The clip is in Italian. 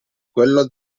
quello